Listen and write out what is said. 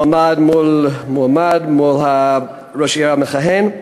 מועמד מול מועמד, מול ראש העיר המכהן,